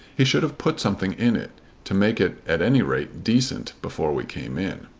he should have put something in it to make it at any rate decent before we came in.